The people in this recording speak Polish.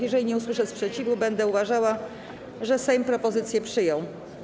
Jeżeli nie usłyszę sprzeciwu, będę uważała, że Sejm propozycję przyjął.